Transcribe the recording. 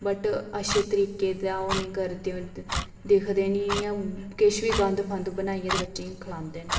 but अच्छे तरीकै दा ओह् निं करदे दिक्खदे निं इंया किश बी गंद फंद बनाइयै ते बच्चें गी खलांदे न